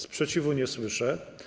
Sprzeciwu nie słyszę.